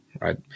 right